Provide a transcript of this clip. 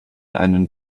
einen